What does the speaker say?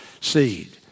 seed